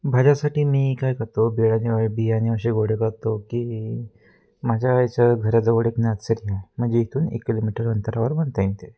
भाज्यासाठी मी काय करतो बियाणे बियाणे असे गोडे बघतो की माझ्या याच्या घराजवळ एक नर्सरी आहे म्हणजे इथून एक किलोमीटर अंतरावर म्हणता येईल ते